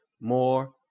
More